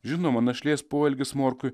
žinoma našlės poelgis morkui